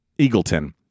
Eagleton